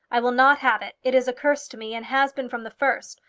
i will not have it. it is a curse to me, and has been from the first.